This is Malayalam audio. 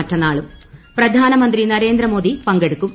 മറ്റന്നാളും പ്രധാനമന്ത്രി നരേന്ദ്രമോദി പങ്കെടുക്കും